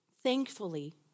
Thankfully